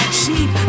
sheep